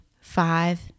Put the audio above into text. five